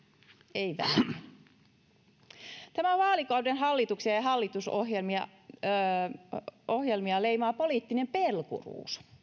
ei vähemmän tämän vaalikauden hallituksia ja hallitusohjelmia leimaa poliittinen pelkuruus